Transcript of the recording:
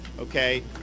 okay